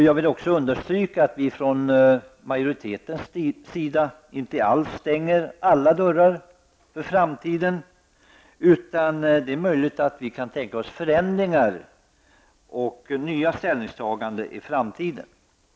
Jag vill understryka att vi från majoritetens sida inte stänger alla dörrar för framtiden. Vi kan tänka oss förändringar och nya ställningstaganden i framtiden.